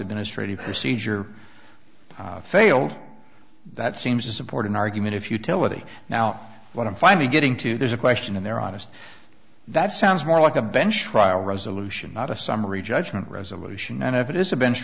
administrative procedure failed that seems to support an argument if utility now what i'm finally getting to there's a question in there honest that sounds more like a bench trial resolution not a summary judgment resolution and if it is a bench